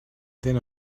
then